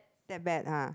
that bad ah